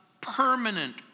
permanent